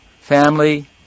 family